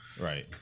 Right